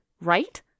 right